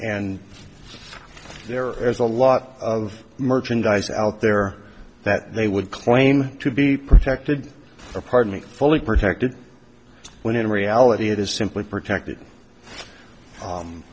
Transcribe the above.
and there is a lot of merchandise out there that they would claim to be protected or partly fully protected when in reality it is simply protected